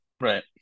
Right